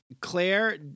Claire